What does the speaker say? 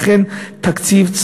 תקציב,